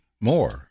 more